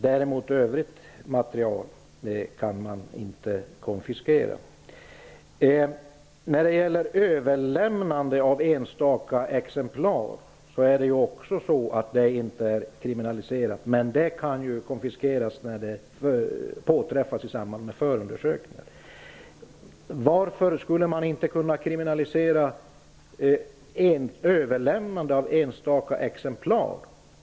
Däremot kan övrigt material inte konfiskeras. Överlämnande av enstaka exemplar skall inte kriminaliseras. Men det materialet kan konfiskeras när det påträffas i samband med förundersökningar. Varför går det inte att kriminalisera överlämnande av enstaka exemplar?